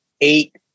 eight